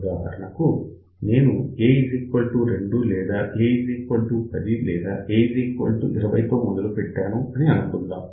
ఉదాహరణకు నేను A 2 లేదా A 10 లేదా A 20 తో మొదలు పెట్టాను అని అనుకుందాం